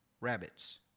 rabbits